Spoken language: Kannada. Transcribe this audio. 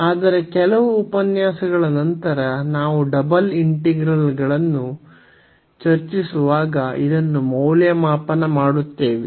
ಆದರೆ ಕೆಲವು ಉಪನ್ಯಾಸಗಳ ನಂತರ ನಾವು ಡಬಲ್ ಇಂಟಿಗ್ರಲ್ಗಳನ್ನು ಚರ್ಚಿಸುವಾಗ ಇದನ್ನು ಮೌಲ್ಯಮಾಪನ ಮಾಡುತ್ತೇವೆ